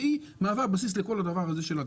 והיא מהווה בסיס לכל הדבר הזה.